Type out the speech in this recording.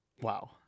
Wow